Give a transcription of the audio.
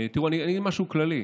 אני אגיד משהו כללי.